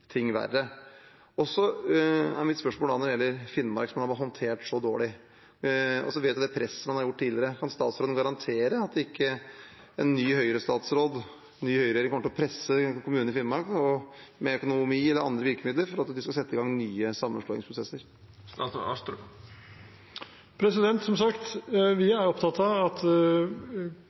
verre. Mitt spørsmål, når det gjelder Finnmark, som man har håndtert så dårlig, med det presset man har gjort tidligere, er: Kan statsråden garantere at ikke en ny Høyre-statsråd, en ny høyreregjering kommer til å presse kommunene i Finnmark med økonomi eller andre virkemidler for at de skal sette i gang nye sammenslåingsprosesser? Som sagt: Vi er opptatt av at